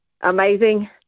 Amazing